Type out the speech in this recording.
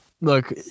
look